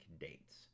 dates